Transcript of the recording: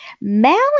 Mal